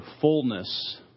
fullness